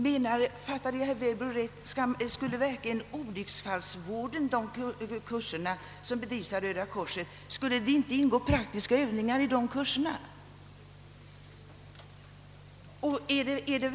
Sedan undrar jag om jag uppfattade herr Werbro rätt. Skulle det verkligen inte ingå praktiska övningar i Röda korsets kurser i olycksfallsvård?